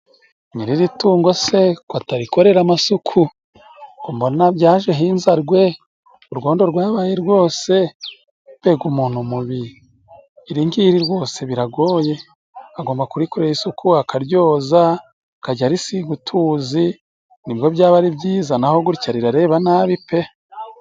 Nyiri iri tungo se ko atarikorera amasuku? ko mbona byajeho inzarwe urwondo rwabaye rwose, mbega umuntu mubi ! iri ngiri rwose biragoye agomba kurikorera isuku akaryoza, akajya arisiga utuzi nibwo byaba ari byiza n'aho gutya rirareba nabi pe!